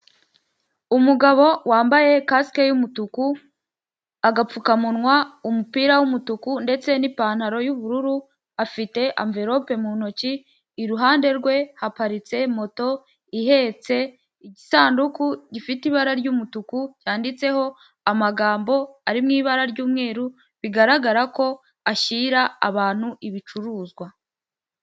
Umugabo wambaye kasike y'umutuku, agapfukamunwa umupira w'umutuku ndetse n'ipantaro y'ubururu afite amvelope mu ntoki, iruhande rwe haparitse moto ihetse igisanduku gifite ibara ry'umutuku cyanyanditseho amagambo ari mu ibara ry'umweru, bigaragara ko ashyira abantu ibicuruzwa.